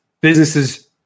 businesses